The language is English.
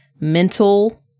mental